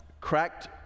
cracked